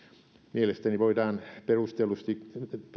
mielestäni voidaan perustellusti